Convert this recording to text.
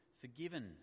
forgiven